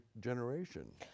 generation